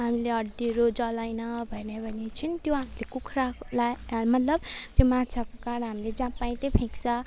हामीले हड्डीहरू जलाएन भने भन्यो चाहिँ त्यो हामीले कुखुरालाई मतलब त्यो माछाको काँडा हामीले जहाँ पायो त्यहीँ फ्याँक्छ